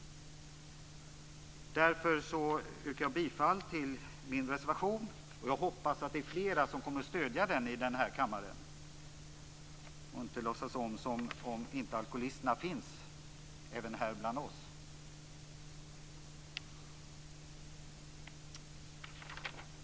Därför yrkar jag bifall till min reservation. Jag hoppas att det är fler i kammaren som kommer att stödja den och inte låtsas som om alkoholisterna inte finns här bland oss.